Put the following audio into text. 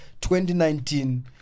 2019